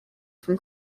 from